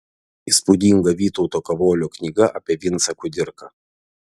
įspūdinga vytauto kavolio knyga apie vincą kudirką